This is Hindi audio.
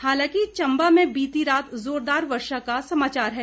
हालांकि चम्बा में बीती रात जोरदार वर्षा का समाचार है